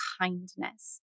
kindness